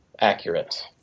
accurate